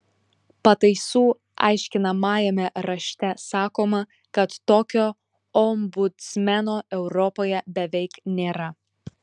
pataisų aiškinamajame rašte sakoma kad tokio ombudsmeno europoje beveik nėra